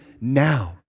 now